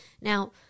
Now